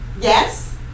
yes